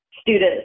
students